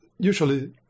Usually